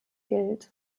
gilt